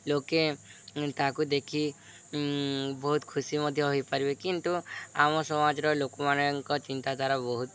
ଲୋକେ ତାକୁ ଦେଖି ବହୁତ ଖୁସି ମଧ୍ୟ ହୋଇପାରିବେ କିନ୍ତୁ ଆମ ସମାଜର ଲୋକମାନଙ୍କ ଚିନ୍ତାଧାରା ବହୁତ